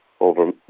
over